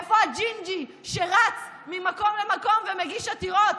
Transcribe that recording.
איפה הג'ינג'י שרץ ממקום למקום ומגיש עתירות?